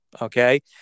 Okay